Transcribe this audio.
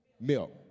milk